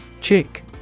Chick